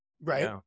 Right